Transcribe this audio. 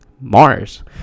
Mars